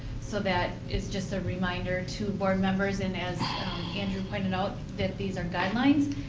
so that is just a reminder to board members and as andrew pointed out, that these are guidelines.